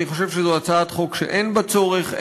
אני חושב שזו הצעת חוק שאין בה צורך,